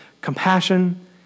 compassion